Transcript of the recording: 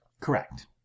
Correct